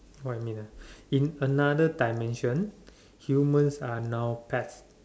what I mean ah in another dimension humans are now pets